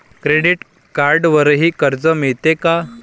Credit कार्डवरही कर्ज मिळते का?